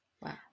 Wow